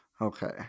Okay